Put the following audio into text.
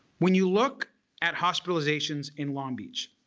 when you look at hospitalizations in long beach